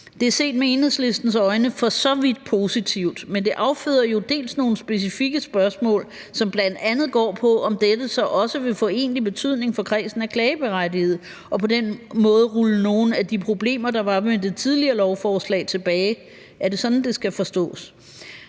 Det er set med Enhedslistens øjne for så vidt positivt, men det afføder jo nogle specifikke spørgsmål, som bl.a. går på, om dette så også vil få egentlig betydning for kredsen af klageberettigede og på den måde rulle nogle af de problemer, der var med det tidligere lovforslag, tilbage. Er det sådan, det skal forstås?